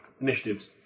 initiatives